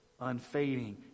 unfading